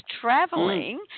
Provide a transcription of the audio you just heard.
traveling